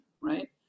right